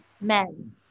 men